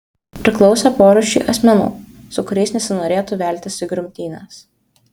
priklausė porūšiui asmenų su kuriais nesinorėtų veltis į grumtynes